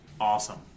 Awesome